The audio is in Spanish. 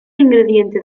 ingrediente